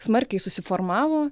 smarkiai susiformavo